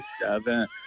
seven